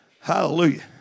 Hallelujah